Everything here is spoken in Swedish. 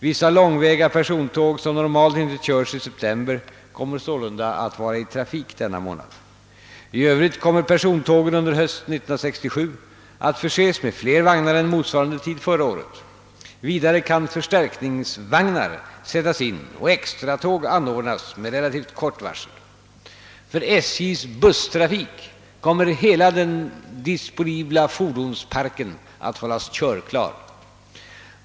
Vissa långväga persontåg, som normalt inte körs i september, kommer sålunda att vara i trafik denna månad. I övrigt kommer persontågen under hösten 1967 att förses med fler vagnar än motsvarande tid förra året. Vidare kan förstärkningsvagnar sättas in och extratåg anordnas med relativt kort varsel. För SJ:s busstrafik kommer hela den disponibla fordonsparken att hållas körklar.